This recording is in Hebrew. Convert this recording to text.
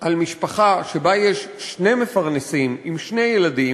על משפחה שיש בה שני מפרנסים עם שני ילדים,